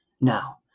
Now